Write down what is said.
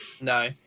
No